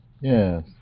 Yes